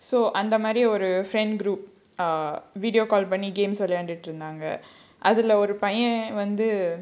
so அந்த மாதிரி ஒரு:andha maadhiri oru friend group err video call பண்ணி:panni games விளையாடிட்டு இருந்தாங்க அதுல ஒரு பையன் வந்து:vilaiyaadittu irunthaanga adhula oru paiyan vandhu